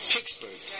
Pittsburgh